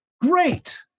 great